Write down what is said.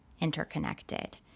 interconnected